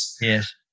Yes